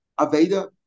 Aveda